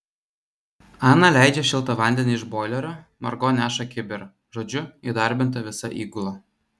ana leidžia šiltą vandenį iš boilerio margo neša kibirą žodžiu įdarbinta visa įgula